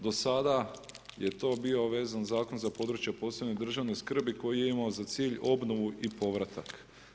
Do sada je to bio vezan zakon za područja posebne državne skrbi koji je imao za cilj obnovu i povratak.